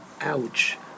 ouch